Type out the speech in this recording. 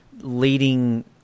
leading